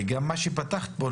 וגם מה שפתחת בו,